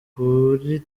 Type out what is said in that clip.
kuri